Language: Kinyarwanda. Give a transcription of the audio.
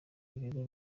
ibigo